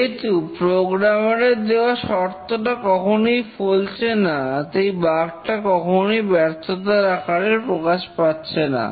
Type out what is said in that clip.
যেহেতু প্রোগ্রামার এর দেওয়া শর্তটা কখনোই ফলছে না তাই বাগটা কখনোই ব্যর্থতার আকারে প্রকাশ পাচ্ছে না